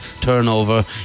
turnover